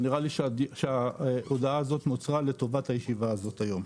נראה לי שההודעה הזו נוצרה לטובת הישיבה הזו היום.